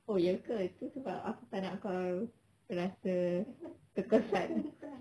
oh ye ke tu sebab aku tak nak kau rasa tertekan